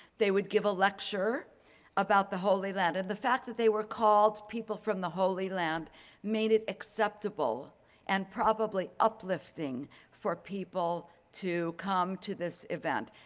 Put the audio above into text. they would give a lecture about the holy land. and the fact that they were called people from the holy land made it acceptable and probably uplifting for people to come to this event.